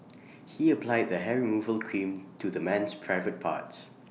he applied the hair removal cream to the man's private parts